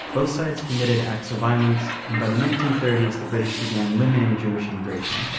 both sides committed acts of violence. and by the nineteen thirty s, the british began limiting jewish immigration.